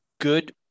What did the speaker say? good